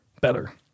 better